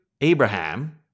Abraham